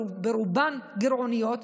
ברובן גירעוניות,